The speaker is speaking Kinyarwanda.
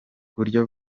kurya